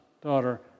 daughter